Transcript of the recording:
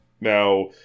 Now